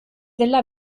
dela